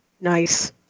nice